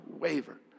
waver